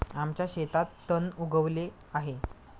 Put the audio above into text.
आमच्या शेतात तण उगवले आहे